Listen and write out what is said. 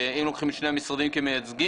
אם לוקחים את שני המשרדים כמייצגים,